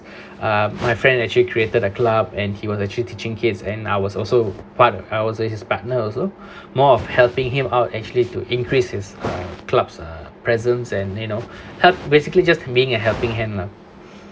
uh my friend actually created a club and he was actually teaching kids and I was also part I was also his partner also more of helping him out actually to increases his clubs uh presence and you know help basically just being a helping hand lah